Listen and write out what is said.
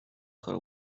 her